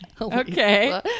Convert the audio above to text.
Okay